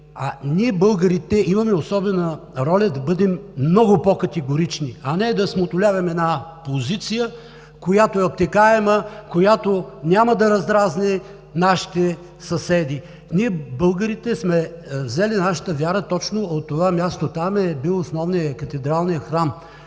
Ние българите имаме особена роля да бъдем много по-категорични, а не да смотоляваме една позиция, която е обтекаема, която няма да раздразни нашите съседи. Ние българите сме взели нашата вяра точно от това място. Там е бил основният, катедралният храм,